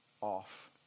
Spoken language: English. off